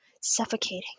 suffocating